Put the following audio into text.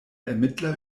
ermittler